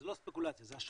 זו לא ספקולציה, זו השערה,